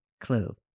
clue